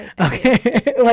Okay